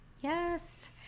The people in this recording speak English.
Yes